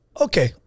okay